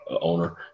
owner